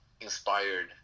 inspired